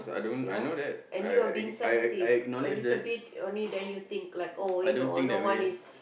ya and you are being sensitive a little bit only then you think like oh you know no one is